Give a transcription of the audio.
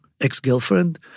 ex-girlfriend